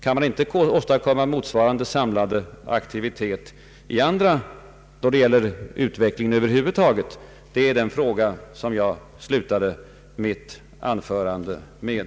Kan man inte åstadkomma motsvarande samlade aktivitet när det gäller utvecklingen över huvud taget? Det var den fråga som jag avslutade mitt anförande med.